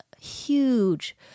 Huge